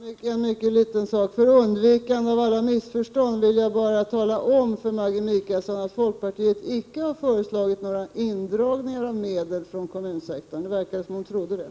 Herr talman! En mycket liten sak. För undvikande av alla missförstånd vill jag bara tala om för Maggi Mikaelsson att folkpartiet icke har föreslagit några indragningar av medel från kommunsektorn. Det verkar som om hon trodde det.